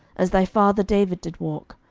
as thy father david did walk,